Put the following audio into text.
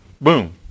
boom